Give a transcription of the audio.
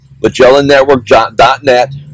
MagellanNetwork.net